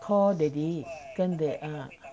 call daddy 跟 da~ ah